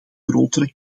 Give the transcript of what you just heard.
grotere